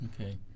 Okay